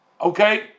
okay